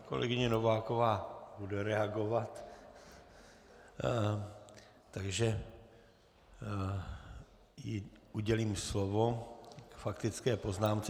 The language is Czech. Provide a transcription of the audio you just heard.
Paní kolegyně Nováková bude reagovat, takže jí udělím slovo k faktické poznámce.